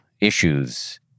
issues